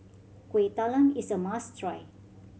Kueh Talam is a must try